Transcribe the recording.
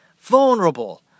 Vulnerable